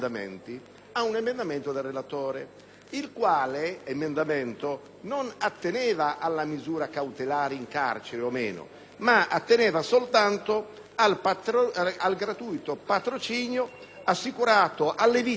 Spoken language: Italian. il quale non atteneva alla misura cautelare in carcere, ma soltanto al gratuito patrocinio assicurato alle vittime dei reati di violenza sessuale,